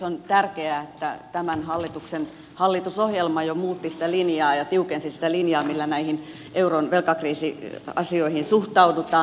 on tärkeää että tämän hallituksen hallitusohjelma jo muutti sitä linjaa ja tiukensi sitä linjaa millä näihin euron velkakriisiasioihin suhtaudutaan